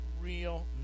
real